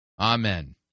Amen